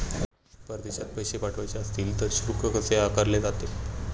परदेशात पैसे पाठवायचे असतील तर शुल्क कसे आकारले जाते?